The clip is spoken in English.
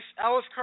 Alice